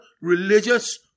religious